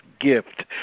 gift